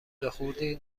خردی